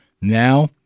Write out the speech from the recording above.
now